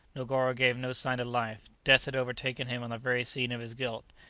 negoro gave no sign of life death had overtaken him on the very scene of his guilt.